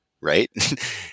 right